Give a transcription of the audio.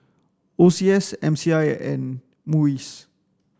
O C S M C I and MUIS